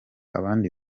abandi